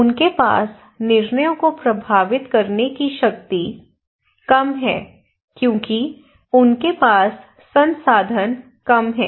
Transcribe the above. उनके पास निर्णयों को प्रभावित करने की शक्ति कम है क्योंकि उनके पास संसाधन कम हैं